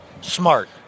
Smart